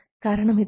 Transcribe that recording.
കാരണം ഇതാണ്